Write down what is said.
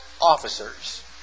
officers